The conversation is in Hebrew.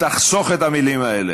תחסוך את המילים האלה.